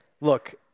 Look